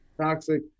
toxic